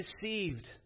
deceived